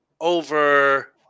over